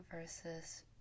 versus